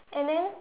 and then